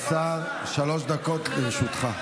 שלוש דקות לרשותך.